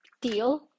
deal